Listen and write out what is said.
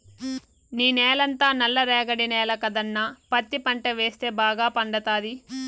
నీ నేలంతా నల్ల రేగడి నేల కదన్నా పత్తి పంట వేస్తే బాగా పండతాది